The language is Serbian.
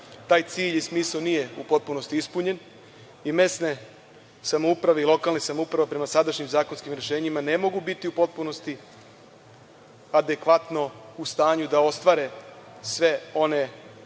taj cilj i smisao nije u potpunosti ispunjen i mesne samouprave i lokalne samouprave, prema sadašnjim zakonskim rešenjima, ne mogu biti u potpunosti adekvatno u stanju da ostvare sve one